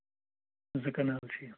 زٕ کَنال چھِ یِم